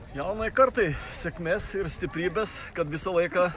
jaunai kartai sėkmės ir stiprybės kad visą laiką